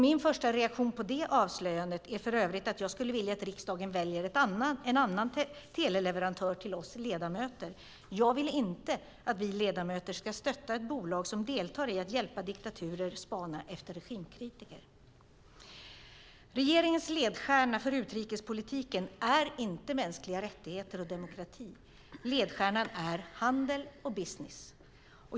Min första reaktion på det avslöjandet är för övrigt att jag skulle vilja att riksdagen väljer en annan teleleverantör till oss ledamöter. Jag vill inte att vi ledamöter ska stötta ett bolag som deltar i att hjälpa diktaturer spana efter regimkritiker. Regeringens ledstjärna för utrikespolitiken är inte mänskliga rättigheter och demokrati. Ledstjärnan är handel och business.